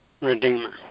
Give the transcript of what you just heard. Redeemer